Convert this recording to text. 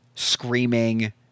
screaming